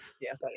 Yes